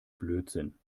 blödsinn